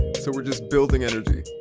so we're just building energy,